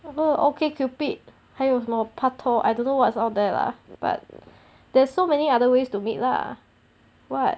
什么 okay cupid 还有什么 patook I don't know what's all that lah but there's so many other ways to meet lah what